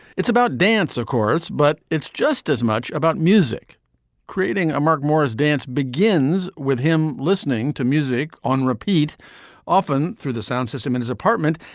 it's about dance of course but it's just as much about music creating a mark morris dance begins with him listening to music on repeat often through the sound system in his apartment.